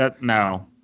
No